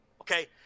Okay